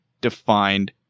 defined